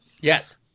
Yes